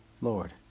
Lord